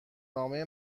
نامه